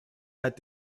had